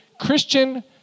Christian